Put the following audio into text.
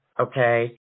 okay